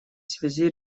связи